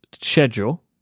schedule